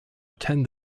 attend